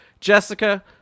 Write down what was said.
jessica